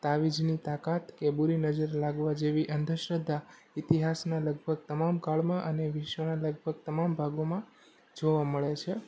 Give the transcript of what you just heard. તાવીજની તાકાત કે બૂરી નજર લાગવા જેવી અંધશ્રદ્ધા ઇતિહાસના લગભગ તમામ કાળમાં અને વિશ્વના લગભગ તમામ ભાગોમાં જોવા મળે છે